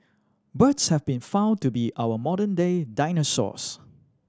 birds have been found to be our modern day dinosaurs